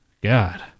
God